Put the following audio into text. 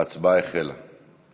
ההצעה להעביר